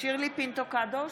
שירלי פינטו קדוש,